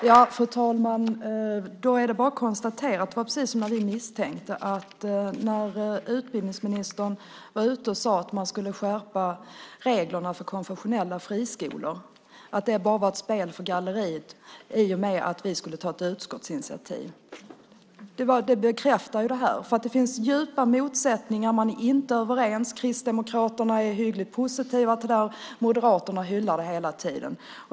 Fru talman! Det är bara att konstatera att det var precis som vi misstänkte. När utbildningsministern sade att man skulle skärpa reglerna för konfessionella friskolor var det bara ett spel för gallerierna i och med att vi skulle ta ett utskottsinitiativ. Det bekräftar detta. Det finns djupa motsättningar. Man är inte överens. Kristdemokraterna är hyggligt positiva till det här. Moderaterna hyllar det hela tiden.